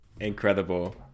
incredible